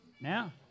Now